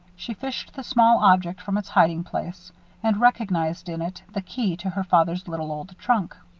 she fished the small object from its hiding-place and recognized in it the key to her father's little old trunk.